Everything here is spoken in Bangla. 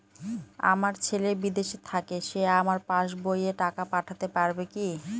আমার ছেলে বিদেশে থাকে সে আমার পাসবই এ টাকা পাঠাতে পারবে কি?